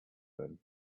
then